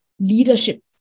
leadership